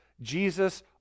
jesus